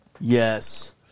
Yes